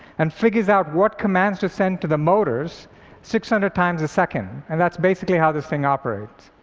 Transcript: and figures out what commands to send to the motors six hundred times a second. and that's basically how this thing operates.